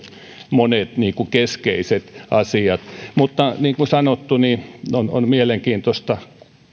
monet keskeiset asiat mutta niin kuin sanottu on mielenkiintoista